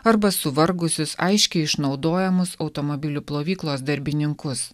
arba suvargusius aiškiai išnaudojamus automobilių plovyklos darbininkus